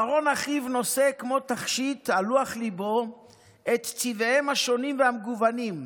אהרן אחיו נושא כמו תכשיט על לוח ליבו את צבעיהם השונים והמגוונים.